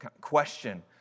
question